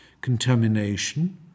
contamination